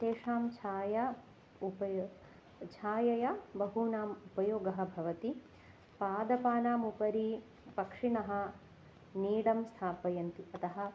तेषां छाया उपयो छायया बहुनाम् उपयोगः भवति पादपानाम् उपरि पक्षिणः नीडं स्थापयन्ति अतः